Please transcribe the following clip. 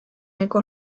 echo